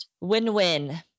Win-win